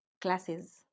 classes